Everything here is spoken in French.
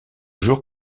jour